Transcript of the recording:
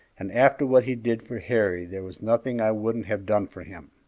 and after what he did for harry there was nothing i wouldn't have done for him.